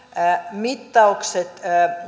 mittaukset